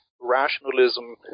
rationalism